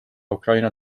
ukraina